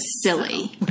silly